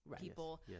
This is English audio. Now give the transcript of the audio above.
people